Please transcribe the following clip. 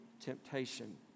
temptation